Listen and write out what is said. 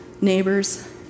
neighbors